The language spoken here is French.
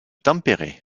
tempéré